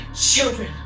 children